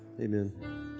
Amen